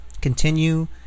Continue